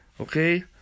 Okay